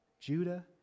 Judah